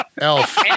Elf